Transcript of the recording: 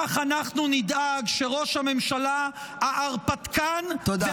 כך אנחנו נדאג שראש הממשלה ההרפתקן -- תודה,